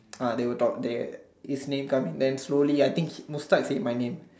uh they were talk the his name come in then slowly I think Mustad said my name